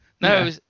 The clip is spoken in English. No